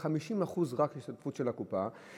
רק 50% הם השתתפות של הקופה,